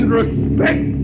respect